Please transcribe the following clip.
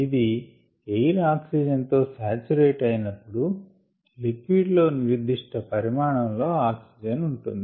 ఇది air oxygen తో saturate అయినపుడు లిక్విడ్ లో నిర్దిష్ట పరిమాణంలో ఆక్సిజన్ ఉంటుంది